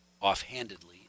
offhandedly